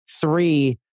Three